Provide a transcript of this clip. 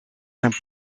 zijn